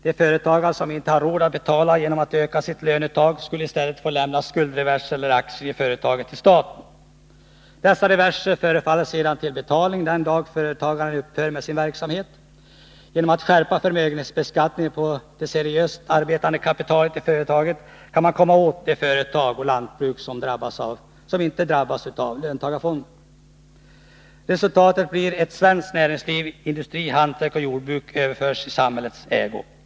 De företagare som inte har råd att betala genom att öka sitt löneuttag skall i stället få lämna skuldreverser eller aktier i företaget till staten. Dessa reverser förfaller sedan till betalning den dag företagaren upphör med sin verksamhet. Genom att skärpa förmögenhetsbeskattningen av det seriöst arbetande kapitalet i företagen kan man ”komma åt” de företag och lantbruk som inte drabbas av löntagarfonderna. Resultatet blir att svenskt näringsliv, industri, hantverk och jordbruk överförs i samhällets ägo.